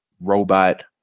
robot